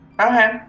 Okay